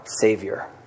savior